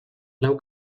lau